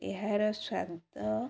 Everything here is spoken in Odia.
ଏହାର ସ୍ୱାଦ